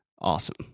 awesome